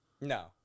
no